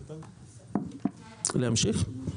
להמשיך?